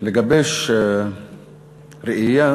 לגבש ראייה